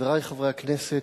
חברי חברי הכנסת,